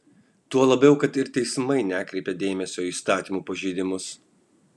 tuo labiau kad ir teismai nekreipia dėmesio į įstatymų pažeidimus